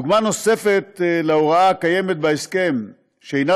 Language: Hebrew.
דוגמה נוספת להוראה הקיימת בהסכם שאינה